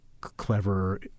clever